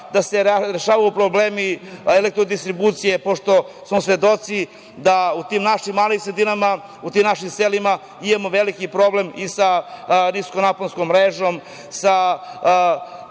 da se rešavaju problemi elektrodistribucije, pošto smo svedoci da u tim našim malim sredinama, u tim našim selima imamo veliki problem i sa niskonaponskom mrežom,